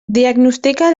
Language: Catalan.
diagnostica